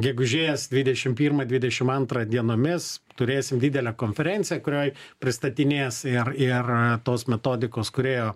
gegužės dvidešim pirmą dvidešim antrą dienomis turėsim didelę konferenciją kurioj pristatinės ir ir tos metodikos kūrėjo